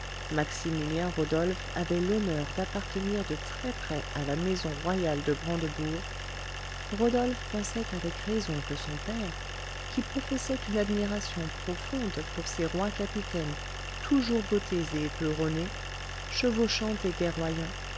frédéric maximilien rodolphe avait l'honneur d'appartenir de très près à la maison royale de brandebourg rodolphe pensait avec raison que son père qui professait une admiration profonde pour ces rois capitaines toujours bottés et éperonnés chevauchant et guerroyant